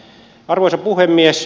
arvoisa puhemies